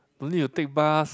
don't need to take bus